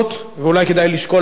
ואולי כדאי לשקול אחרת,